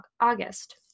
August